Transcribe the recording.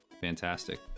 fantastic